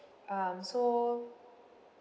um so